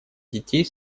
детей